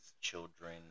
children